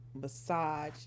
massage